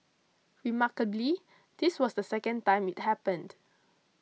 remarkably this was the second time it happened